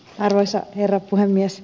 arvoisa herra puhemies